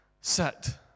set